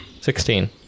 Sixteen